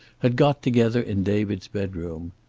had got together in david's bedroom.